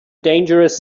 dangerous